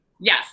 Yes